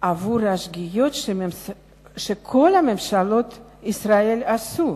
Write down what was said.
על השגיאות שכל ממשלות ישראל עשו.